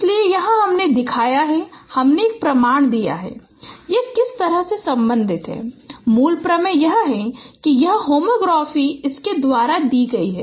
इसलिए यहां हमने दिखाया है हमने एक प्रमाण दिखाया है कि यह किस तरह से संबंधित है मूल प्रमेय यह है कि यह होमोग्राफी इसके द्वारा दी गई है